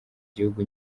gihugu